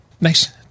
Nice